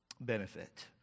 benefit